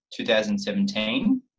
2017